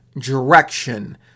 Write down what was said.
direction